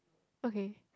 okay